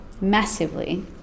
massively